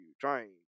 trying